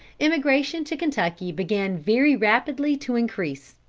emigration to kentucky began very rapidly to increase.